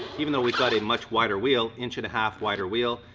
even though we've got a much wider wheel, inch-and-a-half wider wheel,